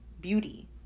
beauty